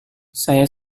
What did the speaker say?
saya